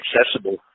accessible